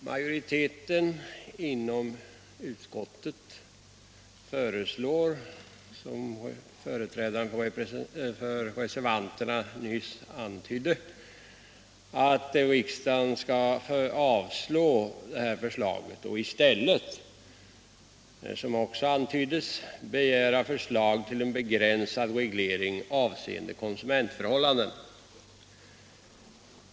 Utskottsmajoriteten föreslår, som företrädaren för reservanterna nyss antydde, att riksdagen skall avslå detta förslag och i stället, som också antyddes, begära förslag till en begränsad reglering avseende konsumentförhållanden.